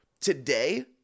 today